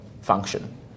function